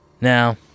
Now